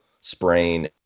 sprain